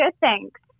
thanks